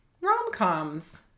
rom-coms